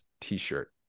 t-shirt